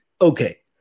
Okay